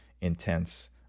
intense